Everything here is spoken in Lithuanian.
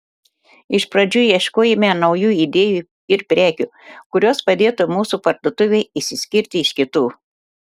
iš pradžių ieškojome naujų idėjų ir prekių kurios padėtų mūsų parduotuvei išsiskirti iš kitų